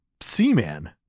Seaman